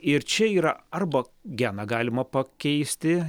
ir čia yra arba geną galima pakeisti